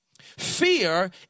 Fear